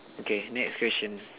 okay next question